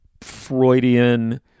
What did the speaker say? Freudian